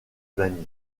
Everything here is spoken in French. bagne